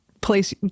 place